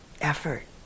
effort